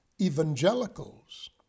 evangelicals